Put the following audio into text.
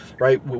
right